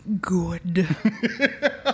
good